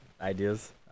ideas